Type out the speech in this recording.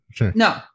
No